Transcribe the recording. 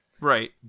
Right